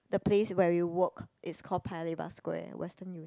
the place where we work it's call Paya-Lebar Square Western U~